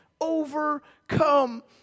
overcome